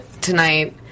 tonight